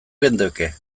geundeke